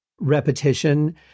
repetition